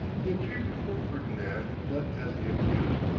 he appeared before ferdinand, not as the accused,